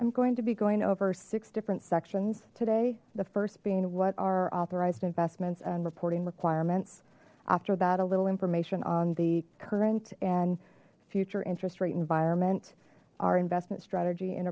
i'm going to be going over six different sections today the first being what are authorized investments and reporting requirements after that a little information on the current and future interest rate environment our investment strategy